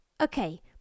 Okay